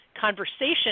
conversation